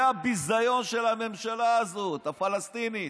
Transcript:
זה הביזיון של הממשלה הזאת, הפלסטינית,